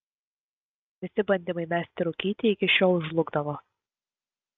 visi bandymai mesti rūkyti iki šiol žlugdavo